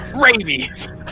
Rabies